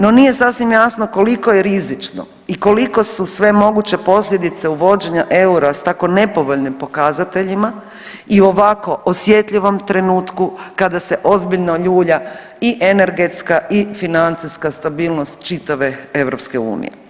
No, nije sasvim jasno koliko je rizično i koliko su sve moguće posljedice uvođenja eura s tako nepovoljnim pokazateljima i u ovako osjetljivom trenutku kada se ozbiljno ljulja i energetska i financijska stabilnost čitave EU.